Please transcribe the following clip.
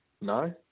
No